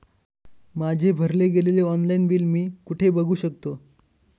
माझे भरले गेलेले ऑनलाईन बिल मी कुठे बघू शकतो?